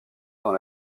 dans